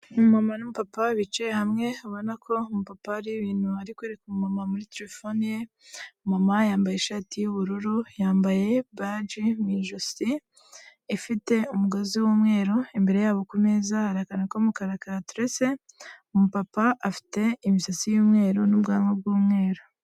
Umumama n'umupapa bicaye hamwe ubona ko umupapa hari ibintu ari kwereka umumama muri terefone ye, umumama yambaye ishati y'ubururu yambaye baji mu ijosi ifite umugozi w'umweru imbere yabo ku meza, hari akantu k'umukara kahateretse, umupapa afite imisatsi y'umweru n'ubwanwa bw'umweru.